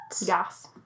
Yes